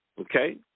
Okay